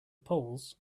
poles